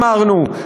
אמרנו,